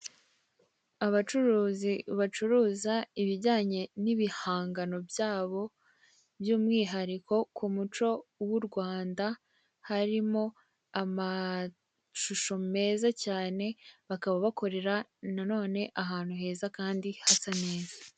Abacuruzi bacuruza ibijyanye n'ibihangano byabo, by'umwihariko k'umuco w'u Rwanda, harimo amashusho meza cyane, bakaba bakorera nanone hakaba heza Kandi hasa neza.